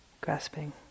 grasping